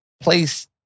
place